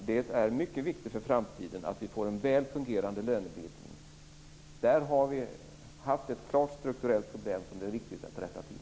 Det är mycket viktigt för framtiden att vi får en väl fungerande lönebildning. På det området har vi haft ett klart strukturellt problem som det är viktigt att rätta till.